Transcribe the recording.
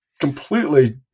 completely